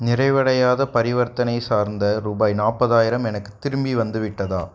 நிறைவடையாத பரிவர்த்தனை சார்ந்த ரூபாய் நாற்பதாயிரம் எனக்குத் திரும்பி வந்துவிட்டதா